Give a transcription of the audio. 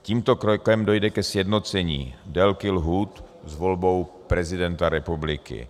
Tímto krokem dojde ke sjednocení délky lhůt s volbou prezidenta republiky.